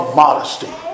modesty